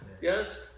yes